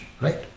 right